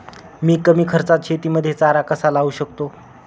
मी कमी खर्चात शेतीमध्ये चारा कसा लावू शकतो?